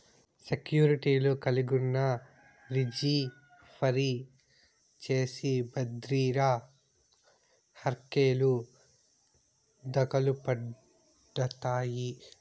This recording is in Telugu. సెక్యూర్టీలు కలిగున్నా, రిజీ ఫరీ చేసి బద్రిర హర్కెలు దకలుపడతాయి